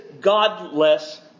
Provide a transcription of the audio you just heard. Godless